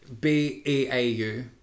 B-E-A-U